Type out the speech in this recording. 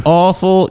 awful